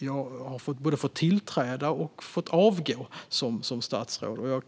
Jag har fått både tillträda och avgå som statsråd.